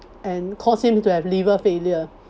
and caused him to have liver failure